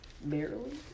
Barely